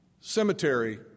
Cemetery